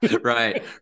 Right